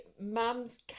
mum's